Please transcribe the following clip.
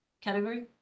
category